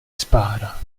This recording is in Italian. spara